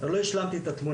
עוד לא השלמתי את התמונה,